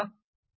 T